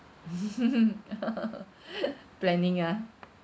planning ah